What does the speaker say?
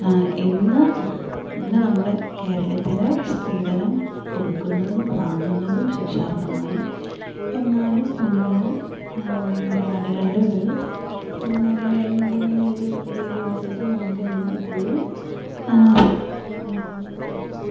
ഇന്ന് ഇന്ന് നമ്മുടെ കേരളത്തിൽ സ്ത്രീധനം കൊടുക്കുന്നതും വാങ്ങുന്നതും ശിക്ഷാർഹമാണ് എന്നാലും നമ്മളുടെ മലയാളികളുടെ ഒരു മലയാളികളുടെ തന്നെ ഒരു രീതി അനുസരിച്ച് നമുക്ക് ഇന്നും ഇപ്പോഴും സ്ത്രീധനം നൽകുന്നത് കൊണ്ട്